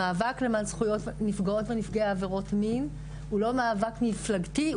המאבק למען זכויות נפגעות ונפגעי עבירות מין הוא לא מאבק מפלגתי,